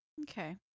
Okay